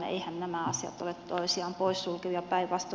eiväthän nämä asiat ole toisiaan poissulkevia